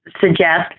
suggest